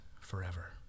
forever